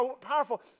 powerful